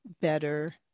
better